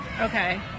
okay